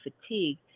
fatigue